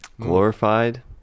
glorified